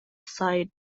sides